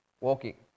Walking